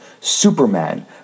Superman